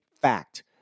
fact